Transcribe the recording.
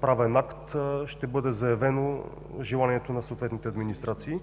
правен акт, ще бъде заявено желанието на съответните администрации.